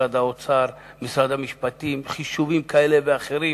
משרד האוצר, משרד המשפטים, חישובים כאלה ואחרים,